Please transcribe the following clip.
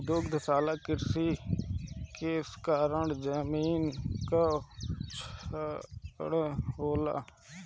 दुग्धशाला कृषि के कारण जमीन कअ क्षरण होला